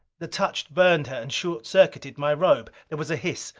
the touch burned her, and short-circuited my robe. there was a hiss.